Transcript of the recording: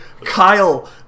Kyle